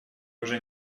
уже